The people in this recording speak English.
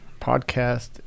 Podcast